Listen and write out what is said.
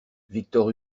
victor